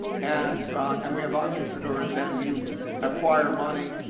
and and we have entrepreneurs, and you acquire money,